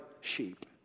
sheep